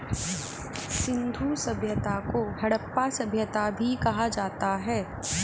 सिंधु सभ्यता को हड़प्पा सभ्यता भी कहा जाता है